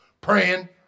Praying